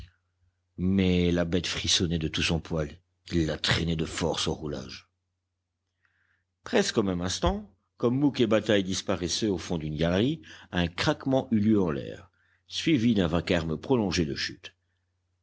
mais la bête frissonnait de tout son poil il la traîna de force au roulage presque au même instant comme mouque et bataille disparaissaient au fond d'une galerie un craquement eut lieu en l'air suivi d'un vacarme prolongé de chute